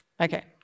Okay